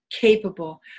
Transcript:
capable